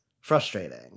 frustrating